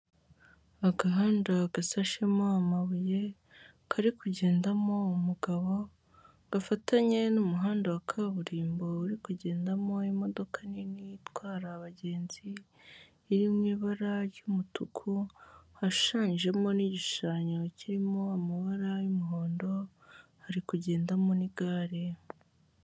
Agahanda gasashemo amabuye, kari kugendamo umugabo, gafatanye n'umuhanda wa kaburimbo uri kugendamo imodoka nini itwara abagenzi, iri mu ibara ry'umutuku, hashushanyijemo n'igishushanyo kirimo amabara y'umuhondo, hari kugendamo n'igare.